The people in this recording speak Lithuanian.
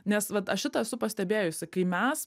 nes vat aš šitą esu pastebėjusi kai mes